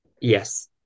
Yes